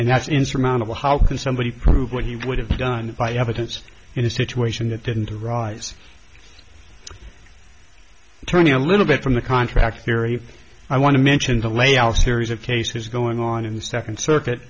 and that's insurmountable how can somebody prove what he would have done by evidence in a situation that didn't arise attorney a little bit from the contract theory i want to mention to lay out a series of cases going on in the second circuit